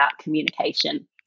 communication